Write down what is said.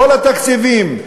כל התקציבים,